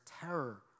terror